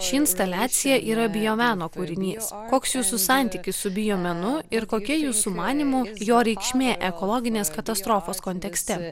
ši instaliacija yra biomeno kūrinys koks jūsų santykis su biomenu ir kokia jūsų manymu jo reikšmė ekologinės katastrofos kontekste